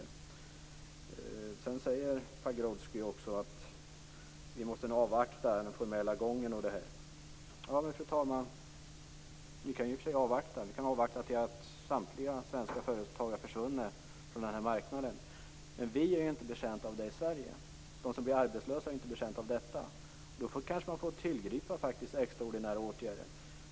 Pagrotsky säger att vi måste avvakta den formella gången. Men, fru talman, vi kan avvakta tills samtliga svenska företag är försvunna från marknaden. Vi är inte betjänta av det i Sverige. De som blir arbetslösa är inte betjänta av detta. Då får man kanske tillgripa extraordinära åtgärder.